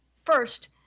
First